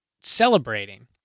celebrating